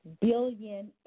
billion